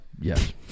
yes